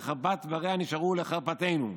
וחרפת דבריה נשארו לחרפתנו,